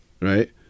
right